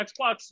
Xbox